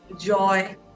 joy